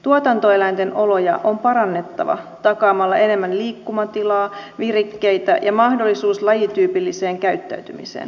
tuotantoeläinten oloja on parannettava takaamalla enemmän liikkumatilaa virikkeitä ja mahdollisuus lajityypilliseen käyttäytymiseen